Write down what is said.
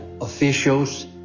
officials